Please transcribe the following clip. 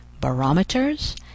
barometers